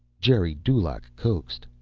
geri dulaq coaxed.